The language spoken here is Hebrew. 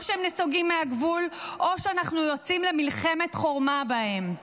או שהם נסוגים מהגבול או שאנחנו יוצאים למלחמת חורמה בהם.